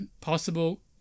possible